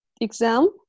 exam